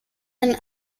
and